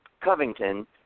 Covington